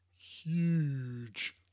Huge